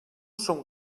som